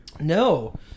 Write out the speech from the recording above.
No